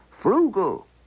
frugal